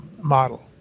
model